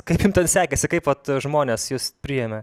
kaip jum sekėsi kaip vat žmonės jus priėmė